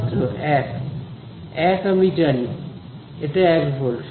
ছাত্র 1 1 আমি জানি এটা 1 ভোল্ট